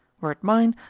were it mine,